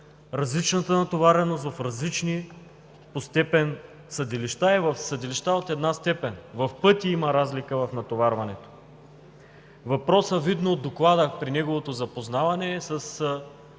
различната натовареност в различните по степен съдилища и в съдилищата от една степен, като в пъти има разлика в натоварването. Видно от Доклада и при неговото запознаване,